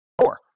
four